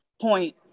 point